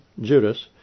Judas